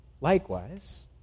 Likewise